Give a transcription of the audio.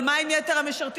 אבל מה עם יתר המשרתים,